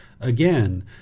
again